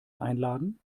einladen